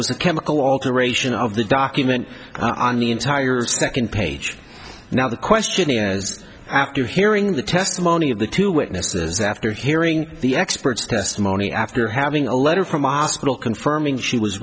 was a chemical alteration of the document on the entire second page now the question is after hearing the testimony of the two witnesses after hearing the experts testimony after having a letter from the hospital confirming she was